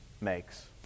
makes